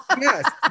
Yes